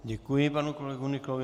Děkuji panu kolegovi Nyklovi.